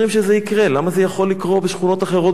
למה זה יכול לקרות בשכונות אחרות בירושלים?